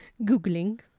googling